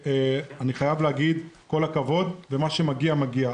אני חייב להגיד על זה כל הכבוד, ומה שמגיע, מגיע.